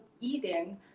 eating